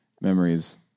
memories